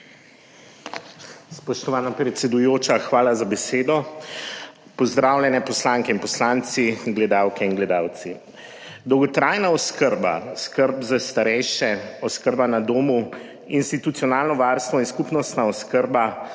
hvala za besedo.